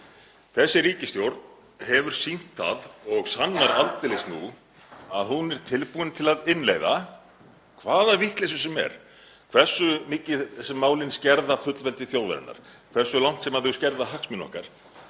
Þessi ríkisstjórn hefur sýnt það og sannar aldeilis nú að hún er tilbúin til að innleiða hvaða vitleysu sem er, hversu mikið sem málin skerða fullveldi þjóðarinnar, hversu langt sem þau skerða hagsmuni okkar.